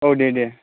औ दे दे